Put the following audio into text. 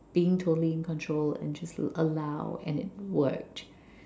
being totally in control and just allowed and it worked